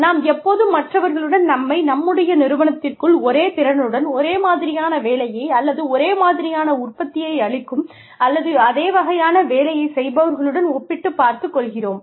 நாம் எப்போதும் மற்றவர்களுடன் நம்மை நம்முடைய நிறுவனத்திற்குள் ஒரே திறனுடன் ஒரே மாதிரியான வேலையை அல்லது ஒரே மாதிரியான உற்பத்தியை அளிக்கும் அல்லது அதே வகையான வேலையைச் செய்பவர்களுடன் ஒப்பிட்டுப் பார்த்துக் கொள்கிறோம்